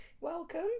Welcome